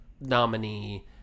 nominee